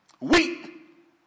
weep